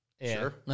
Sure